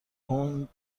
پوند